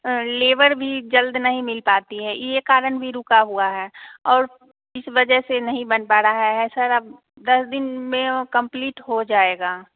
labour भी जल्द नहीं मिल पाती है ये कारण भी रुका हुआ है और इस वजह से नहीं बन पा रहा है सर अब दस दिन में कम्प्लीट हो जाएगा